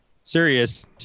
serious